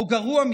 או גרוע מכך,